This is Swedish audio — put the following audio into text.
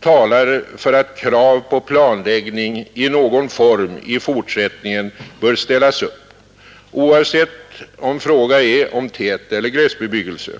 talar för att krav på planläggning i någon form i fortsättningen bör ställas upp oavsett om fråga är om täteller glesbebyggelse.